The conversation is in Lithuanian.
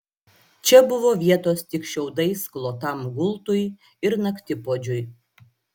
čia buvo vietos tik šiaudais klotam gultui ir naktipuodžiui